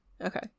Okay